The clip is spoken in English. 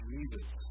Jesus